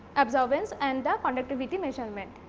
absorbance and conductivity measurement.